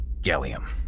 Gallium